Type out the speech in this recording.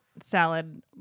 salad